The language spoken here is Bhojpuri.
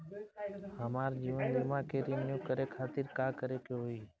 हमार जीवन बीमा के रिन्यू करे खातिर का करे के होई?